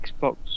Xbox